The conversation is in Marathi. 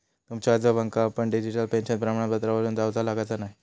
तुमच्या आजोबांका पण डिजिटल पेन्शन प्रमाणपत्रावरून जाउचा लागाचा न्हाय